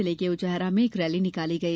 जिले के उचहरा में एक रैली निकाली गई